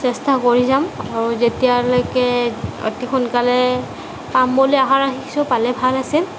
চেষ্টা কৰি যাম আৰু যেতিয়ালৈকে অতি সোনকালে পাম বুলি আশা ৰাখিছোঁ পালে ভাল আছিল